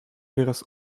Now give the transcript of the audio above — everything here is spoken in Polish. wyraz